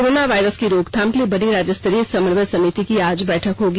corona virus की रोकथाम के लिए बनी राज्यस्तरीय समन्वय समिति की आज बैठक होगी